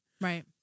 Right